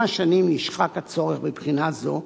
עם השנים נשחק הצורך בבחינה זו,